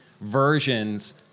versions